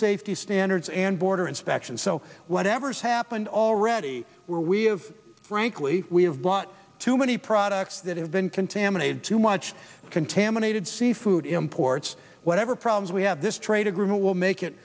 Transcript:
safety standards and border inspection so whatever's happened already where we have frankly we have bought too many products that have been contaminated too much contaminated seafood imports whatever problems we have this trade agreement will make it